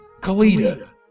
Kalita